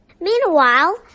Meanwhile